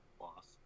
Loss